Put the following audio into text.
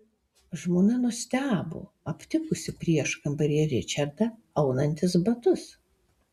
žmona nustebo aptikusi prieškambaryje ričardą aunantis batus